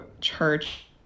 church